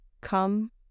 Come